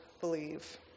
believe